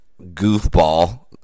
goofball